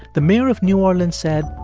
the mayor of new orleans said,